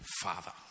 Father